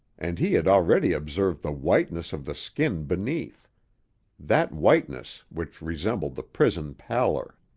and he had already observed the whiteness of the skin beneath that whiteness which resembled the prison pallor.